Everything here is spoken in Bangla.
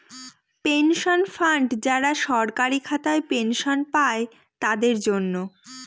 পেনশন ফান্ড যারা সরকারি খাতায় পেনশন পাই তাদের জন্য